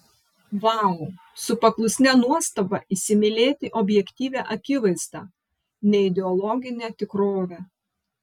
vau su paklusnia nuostaba įsimylėti objektyvią akivaizdą neideologinę tikrovę